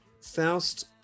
faust